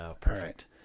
Perfect